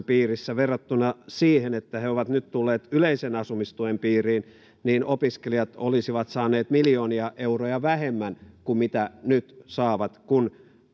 piirissä verrattuna siihen että he ovat nyt tulleet yleisen asumistuen piiriin niin opiskelijat olisivat saaneet miljoonia euroja vähemmän kuin mitä nyt saavat kun